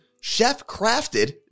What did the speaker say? chef-crafted